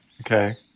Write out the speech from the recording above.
okay